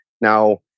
Now